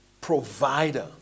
provider